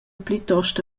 plitost